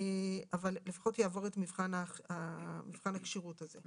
אבל לפחות יעבור את מבחן הכשירות הזה.